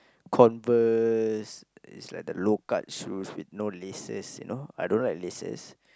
Converse it's like the low cut shoes with no laces you know I don't like laces